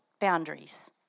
boundaries